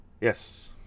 Yes